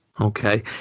Okay